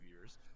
years